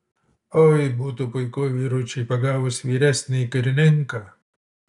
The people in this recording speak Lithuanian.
oi būtų puiku vyručiai pagavus vyresnįjį karininką